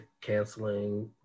canceling